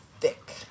thick